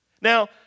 Now